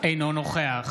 אינו נוכח